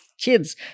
kids